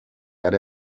erde